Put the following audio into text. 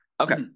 okay